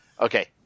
okay